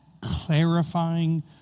clarifying